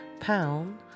Pound